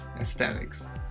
aesthetics